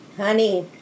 honey